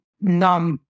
numb